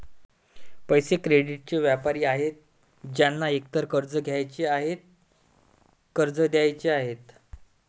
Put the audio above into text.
पैसे, क्रेडिटचे व्यापारी आहेत ज्यांना एकतर कर्ज घ्यायचे आहे, कर्ज द्यायचे आहे